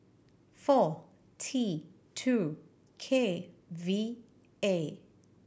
four T two K V A